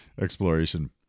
exploration